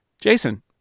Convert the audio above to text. Jason